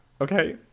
okay